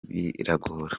biragora